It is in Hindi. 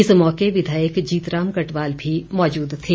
इस मौके विधायक जीतराम कटवाल भी मौजूद थे